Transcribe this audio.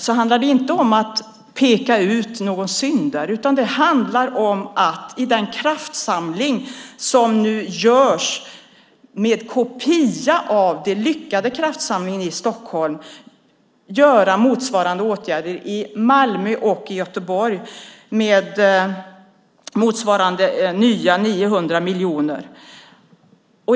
Det handlar inte om att peka ut någon syndare, utan det handlar om att genom den kraftsamling som nu görs som en kopia av den lyckade kraftsamlingen i Stockholm vidta liknande åtgärder i Malmö och i Göteborg med motsvarande 900 nya miljoner.